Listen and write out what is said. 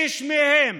איש מהם